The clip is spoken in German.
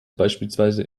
beispielsweise